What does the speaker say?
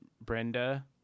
Brenda